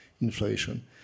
inflation